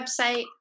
website